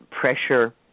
pressure